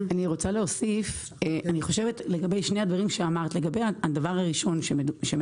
לגבי הדבר הראשון שאמרת,